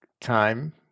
time